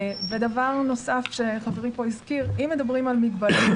ודבר נוסף שחברי פה הזכיר, אם מדברים על מגבלות,